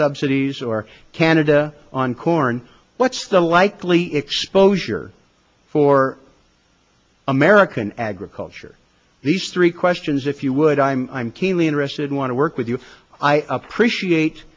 subsidies or canada on corn what's the likely exposure for american agriculture these three questions if you would i'm keenly interested want to work with you i appreciate